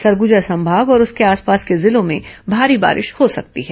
सरगुजा संभाग और उसके आसपास के जिलों में भारी बारिश हो सकती है